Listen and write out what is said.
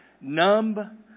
numb